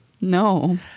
No